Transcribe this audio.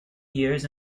years